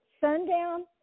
sundown